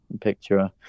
picture